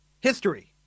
History